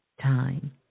time